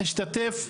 השתתף בדיון.